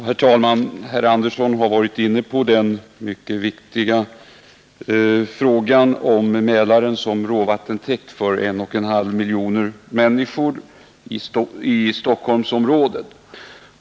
Herr talman! Herr Andersson i Södertälje har varit inne på den mycket viktiga frågan om Mälaren som råvattentäkt för 1,5 miljoner människor i Stockholmsområdet.